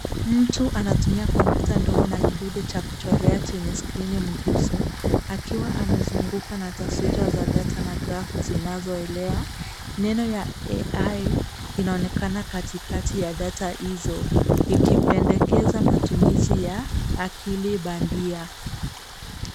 Mtu anatumia kompyuta ndogo na kidude cha kuchorea chenye skrini mguso akiwa amezungukwa na taswira za data na grafu zinazoelea. Neno ya AI inaonekana katikati ya data hizo ikipendekeza matumizi ya akili bandia.